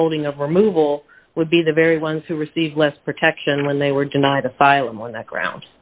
withholding of removal would be the very ones who receive less protection when they were denied asylum on that ground